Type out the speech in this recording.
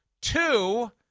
Two